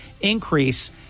increase